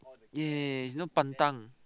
ya ya ya it's not pantang